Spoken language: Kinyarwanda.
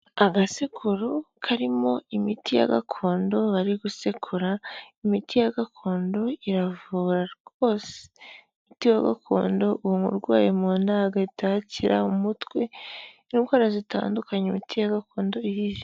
Agasekuru karimo imiti ya gakondo bari gusekura, imiti ya gakondo iravura rwose. Umuti wa gakondo uwunywa urwaye mu nda hagahita hakira, umutwe. N'indwara zitandukanye imiti gakondo iri.